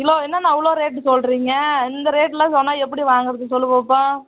kilo என்னண்ணா அவ்வளோ rate சொல்லுறீங்க இந்த ரேட் எல்லாம் சொன்னால் எப்படி வாங்கறது சொல் பார்ப்போம்